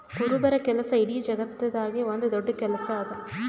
ಕುರುಬರ ಕೆಲಸ ಇಡೀ ಜಗತ್ತದಾಗೆ ಒಂದ್ ದೊಡ್ಡ ಕೆಲಸಾ ಅದಾ